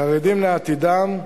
"חרדים לעתידם"